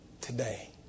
today